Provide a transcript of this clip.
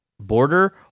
border